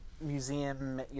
museum